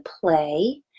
play